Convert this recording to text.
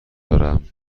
دارم